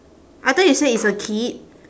I thought you said it's a kid